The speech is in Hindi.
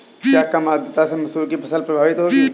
क्या कम आर्द्रता से मसूर की फसल प्रभावित होगी?